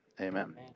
Amen